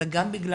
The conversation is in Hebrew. אלא גם,